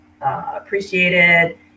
appreciated